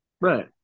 Right